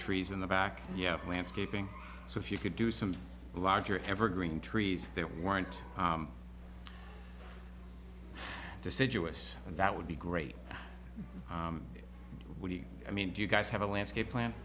trees in the back yard landscaping so if you could do some larger evergreen trees that weren't deciduous and that would be great i mean do you guys have a landscape plan